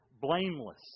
blameless